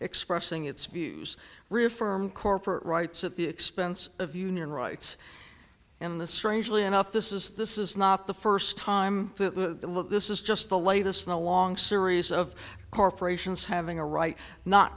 expressing its views reaffirm corporate rights at the expense of union rights and the strangely enough this is this is not the first time the this is just the latest in a long series of corporations having a right not